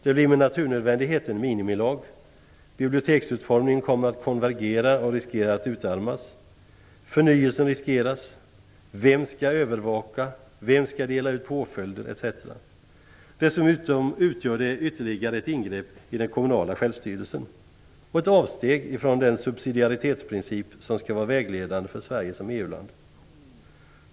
Det blir med naturnödvändighet en minimilag, biblioteksutformningen kommer att konvergera och riskerar att utarmas, förnyelsen riskeras, och frågan är vem som skall övervaka, dela ut påföljder, etc. Dessutom utgör det ytterligare ett ingrepp i den kommunala självstyrelsen och ett avsteg från den subsidiaritetsprincip som skall vara vägledande för Sverige som EU-land.